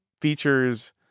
features